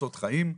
חפצות חיים,